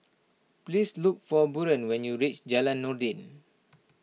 please look for Buren when you reach Jalan Noordin